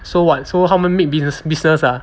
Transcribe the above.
so what so 他们 make it's a business ah